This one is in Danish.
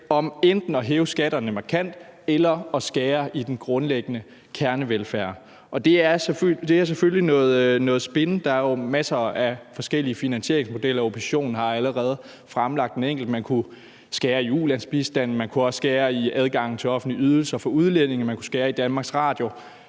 enten at hæve skatterne markant eller at skære i den grundlæggende kernevelfærd, og det er selvfølgelig noget spin. Der er jo masser af forskellige finansieringsmodeller. Oppositionen har allerede fremlagt en enkelt. Man kunne skære i ulandsbistanden, man kunne også skære i adgangen til offentlige ydelser for udlændinge, man kunne skære i DR.